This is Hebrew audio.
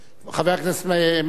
חבר הכנסת מקלב,